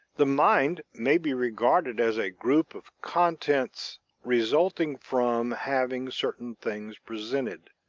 the mind may be regarded as a group of contents resulting from having certain things presented.